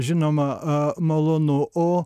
žinoma malonu o